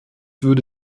würde